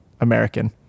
American